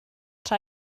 tra